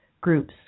groups